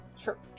Sure